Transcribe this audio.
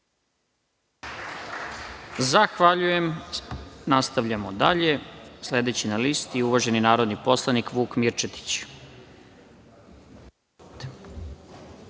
Zahvaljujem. Nastavljamo dalje. Sledeći na listi je uvaženi narodni poslanik Vuk Mirčetić.